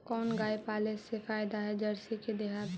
कोन गाय पाले मे फायदा है जरसी कि देहाती?